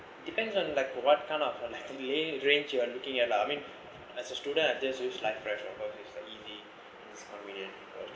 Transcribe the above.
depends on like what kind of like lay range you are looking at lah I mean as a student I just wish like fresh of course is like easy it's convenient